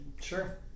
Sure